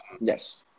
Yes